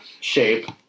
shape